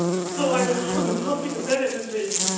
so i was was humping the bed, and then they.